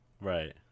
Right